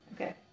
Okay